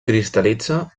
cristal·litza